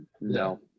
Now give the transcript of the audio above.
No